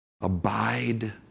abide